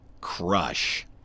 crush